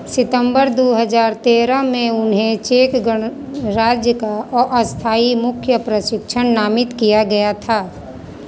सितंबर दो हजार तेरह में उन्हें चेक गणराज्य का अस्थायी मुख्य प्रशिक्षण नामित किया गया था